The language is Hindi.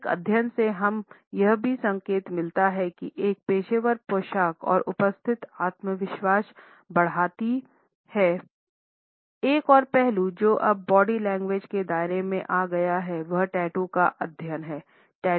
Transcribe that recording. एक अध्ययन से यह भी संकेत मिलता है कि एक पेशेवर पोशाक और उपस्थिति आत्मविश्वास बढ़ाती है स्लाइड समय देखें 3341 एक और पहलू जो अब बॉडी लैंग्वेज के दायरे में आ गया है वह टैटू का अध्ययन है